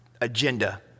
agenda